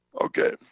okay